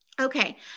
okay